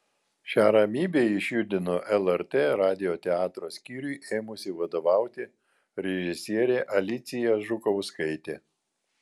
šią ramybę išjudino lrt radijo teatro skyriui ėmusi vadovauti režisierė alicija žukauskaitė